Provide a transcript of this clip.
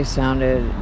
sounded